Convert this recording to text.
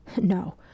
No